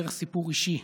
דרך סיפור אישי.